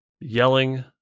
Yelling